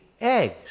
eggs